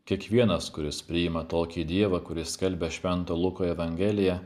kiekvienas kuris priima tokį dievą kuris skelbia švento luko evangeliją